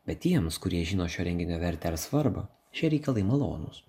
bet tiems kurie žino šio renginio vertę ar svarbą šie reikalai malonūs